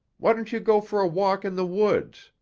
why don't you go for a walk in the woods?